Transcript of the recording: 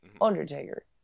Undertaker